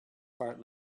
part